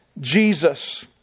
Jesus